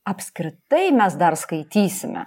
apskritai mes dar skaitysime